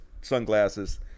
sunglasses